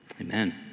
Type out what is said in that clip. Amen